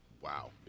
Wow